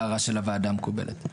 ההערה של הוועדה מקובלת.